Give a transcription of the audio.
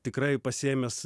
tikrai pasiėmęs